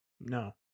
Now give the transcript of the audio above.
No